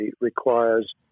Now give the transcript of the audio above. requires